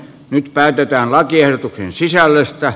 nyt päätetään lakiehdotuksen sisällöstä